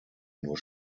nur